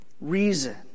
reason